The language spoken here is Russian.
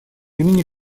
имени